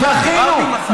דחינו.